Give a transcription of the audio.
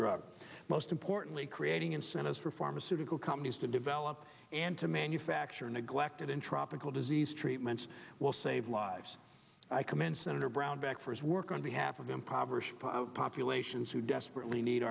drug most importantly creating incentives for pharmaceutical companies to develop and to manufacture neglected in tropical disease treatments will save lives i commend senator brownback for his work on behalf of impoverished populations who desperately need